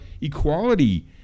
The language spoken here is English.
equality